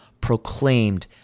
proclaimed